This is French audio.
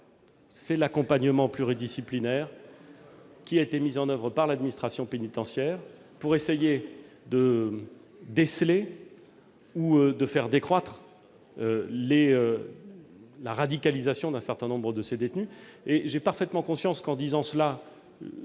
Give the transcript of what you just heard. à l'accompagnement pluridisciplinaire mis en oeuvre par l'administration pénitentiaire pour essayer de déceler ou de faire décroître la radicalisation d'un certain nombre de ces détenus. Et je suis parfaitement conscient qu'en disant cela,